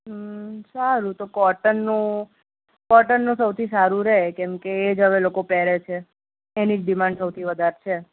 સારું તો કોટનનું કોટનનું સૌથી સારું રહે કેમકે એ જ હવે લોકો પહેરે છે એની જ ડિમાન્ડ સૌથી વધારે છે